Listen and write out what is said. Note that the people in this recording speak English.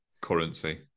currency